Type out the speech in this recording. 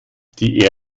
die